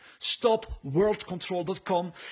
stopworldcontrol.com